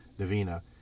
Navina